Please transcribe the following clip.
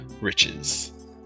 riches